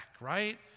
right